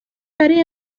برای